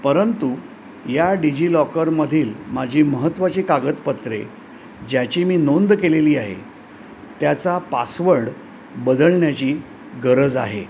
परंतु या digi लॉकरमधील माझी महत्त्वाची कागदपत्रे ज्याची मी नोंद केलेली आहे त्याचा पासवर्ड बदलण्याची गरज आहे